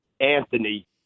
Anthony